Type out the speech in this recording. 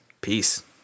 Peace